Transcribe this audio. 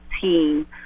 team